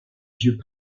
dieux